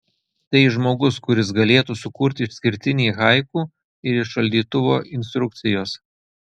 tai žmogus kuris galėtų sukurti išskirtinį haiku ir iš šaldytuvo instrukcijos